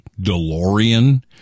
DeLorean